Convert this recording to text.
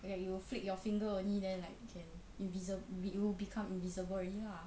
like that you flick your finger only then like can invisi~ you will become invisible already lah